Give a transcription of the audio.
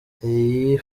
iyi